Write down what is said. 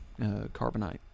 carbonite